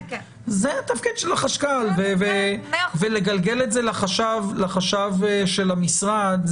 זה התפקיד של החשב הכללי ולגלגל את זה לחשב של המשרד,